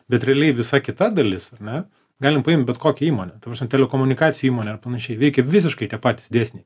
bet realiai visa kita dalis ar ne galim paimt bet kokią įmonę ta prasme telekomunikacijų įmonė ar panašiai veikia visiškai tie patys dėsniai